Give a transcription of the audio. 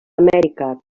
amèrica